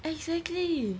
exactly